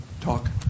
talk